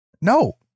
No